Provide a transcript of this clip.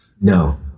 no